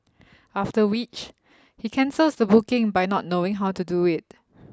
after which he cancels the booking by not knowing how to do it